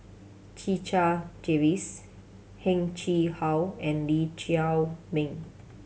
Checha Davies Heng Chee How and Lee Chiaw Meng